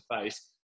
face